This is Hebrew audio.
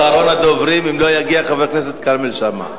אחרון הדוברים, אם לא יגיע, חבר הכנסת כרמל שאמה.